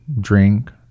drink